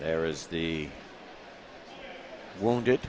there is the won't get